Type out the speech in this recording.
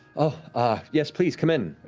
ah yes, please, come in.